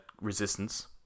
resistance